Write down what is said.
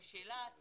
שאלת